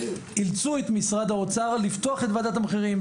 אילצו את משרד האוצר לפתוח את ועדת המחירים.